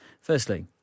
Firstly